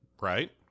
right